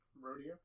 Rodeo